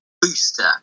Booster